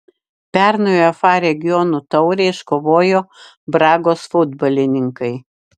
pernai uefa regionų taurę iškovojo bragos futbolininkai